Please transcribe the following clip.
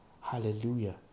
hallelujah